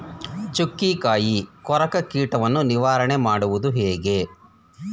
ಚುಕ್ಕಿಕಾಯಿ ಕೊರಕ ಕೀಟವನ್ನು ನಿವಾರಣೆ ಮಾಡುವುದು ಹೇಗೆ?